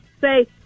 Say